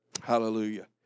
Hallelujah